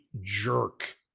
jerk